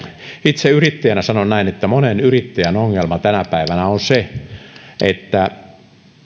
itse yrittäjänä sanon näin että monen yrittäjän ongelma tänä päivänä on se että